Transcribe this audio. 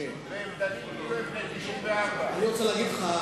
והם דנים כאילו הם בני 94. אני רוצה להגיד לך,